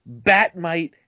Batmite